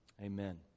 Amen